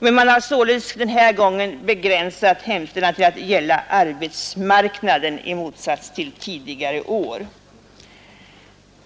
Man vill således denna gång i motsats till tidigare begränsa sin hemställan att gälla arbetsmarknaden.